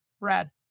brad